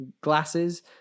glasses